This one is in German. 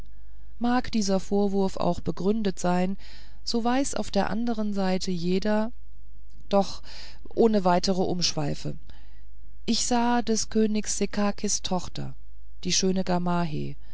mag dieser vorwurf auch gegründet sein so weiß auf der andern seite jeder doch ohne weitere umschweife ich sah des königs sekakis tochter die schöne